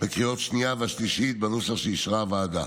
בקריאות השנייה והשלישית בנוסח שאישרה הוועדה.